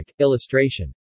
illustration